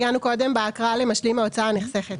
הגענו קודם בהקראה ל"משלים ההוצאה הנחסכת".